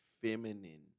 feminine